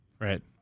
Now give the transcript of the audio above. right